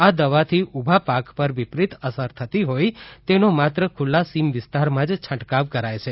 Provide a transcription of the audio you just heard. આ દવાથી ઉભા પાક પર વિપરીત અસર થતી હોઇ તેનો માત્ર ખુલ્લા સીમ વિસ્તારમાં જ છંટકાવ કરાય છે